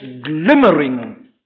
glimmering